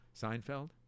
Seinfeld